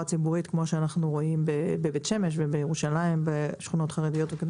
ציבורית כפי שאנחנו רואים בבית שמש ובירושלים בשכונות חרדיות.